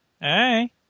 hey